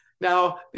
now